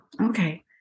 Okay